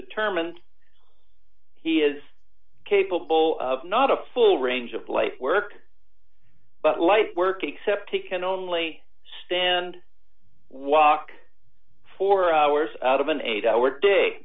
determine he is capable of not a full range of life work but light work except he can only stand walk four hours out of an eight hour day